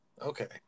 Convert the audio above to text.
Okay